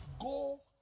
Go